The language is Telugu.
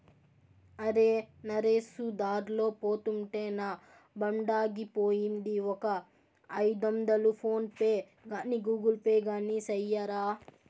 అరే, నరేసు దార్లో పోతుంటే నా బండాగిపోయింది, ఒక ఐదొందలు ఫోన్ పే గాని గూగుల్ పే గాని సెయ్యరా